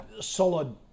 Solid